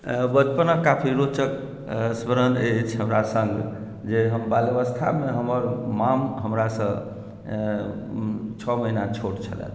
बचपनक काफी रोचक संस्मरण अछि हमरा सङ्ग जे हम बाल्यावस्थामे हमर माम हमरासँ छओ महीना छोट छलथि